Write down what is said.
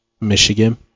Michigan